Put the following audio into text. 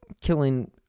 killing